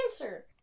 Answer